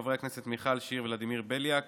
חברי הכנסת מיכל שיר וולדימיר בליאק,